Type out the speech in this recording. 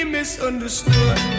misunderstood